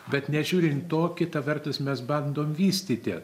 bet nežiūrint to kita vertus mes bandom vystyti